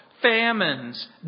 famines